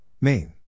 Main